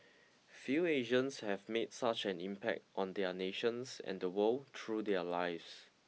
few Asians have made such an impact on their nations and the world through their lives